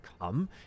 come